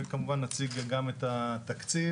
וכמובן שנציג גם את התקציב.